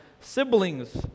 siblings